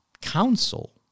counsel